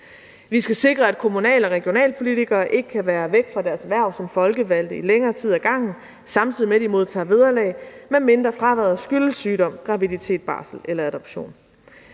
Vi skal sikre, at kommunal- og regionalpolitikere ikke kan være væk fra deres hverv som folkevalgte i længere tid ad gangen, samtidig med at de modtager vederlag, medmindre fraværet skyldes sygdom, graviditet, barsel eller adoption.